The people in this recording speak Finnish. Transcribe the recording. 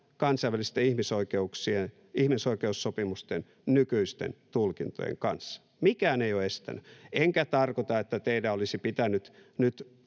kansainvälisten ihmisoikeussopimusten nykyisten tulkintojen kanssa. Mikään ei ole estänyt. Enkä tarkoita, että teidän olisi pitänyt nyt